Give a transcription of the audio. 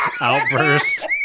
Outburst